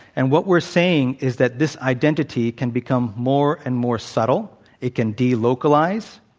and what we're saying is that this identity can become more and more subtle. it can delocalize.